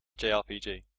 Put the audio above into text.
JRPG